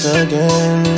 again